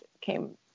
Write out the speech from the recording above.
came